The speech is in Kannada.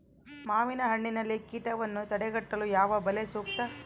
ಮಾವಿನಹಣ್ಣಿನಲ್ಲಿ ಕೇಟವನ್ನು ತಡೆಗಟ್ಟಲು ಯಾವ ಬಲೆ ಸೂಕ್ತ?